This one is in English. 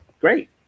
great